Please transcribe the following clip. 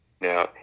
Now